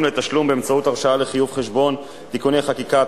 לתשלום באמצעות הרשאה לחיוב חשבון (תיקוני חקיקה),